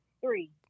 Three